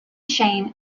shame